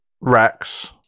Rex